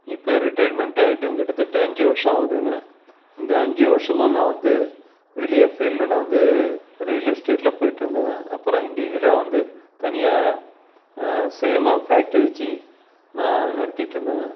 இப்போ ரிட்டயர்ட்மெண்ட் ஆயிட்டு கிட்டத்தட்ட அஞ்சு வருஷம் ஆவுதுங்க இந்த அஞ்சு வருஷமாக நான் வந்து வெளியே ஃபீல்டில் வந்து ரியல் எஸ்டேட்டில போயிகிட்டு இருந்தேன் அப்புறம் இண்டிஜூவலாக வந்து தனியாக சுயமாக ஃபேக்ட்ரி வச்சு நான் நடத்திட்டுருந்தேன்